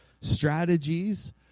strategies